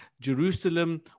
Jerusalem